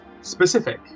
Specific